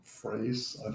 Phrase